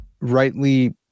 rightly